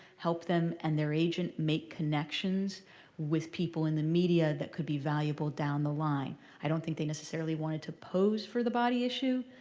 help them and their agent make connections with people in the media that could be valuable down the line. i don't think they necessarily wanted to pose for the body issue,